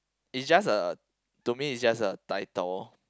it just a to me it's just a title